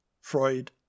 Freud